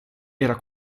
era